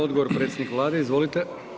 Odgovor predsjednik Vlade, izvolite.